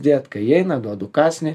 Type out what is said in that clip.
dėti kai įeina duodu kąsnį